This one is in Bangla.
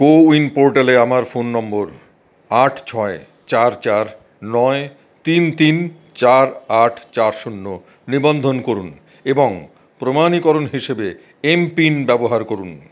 কো উইন পোর্টালে আমার ফোন নম্বর আট ছয় চার চার নয় তিন তিন চার আট চার শূন্য নিবন্ধন করুন এবং প্রমাণীকরণ হিসেবে এম পিন ব্যবহার করুন